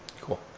Cool